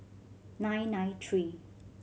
nine nine three